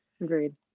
agreed